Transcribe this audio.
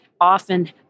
often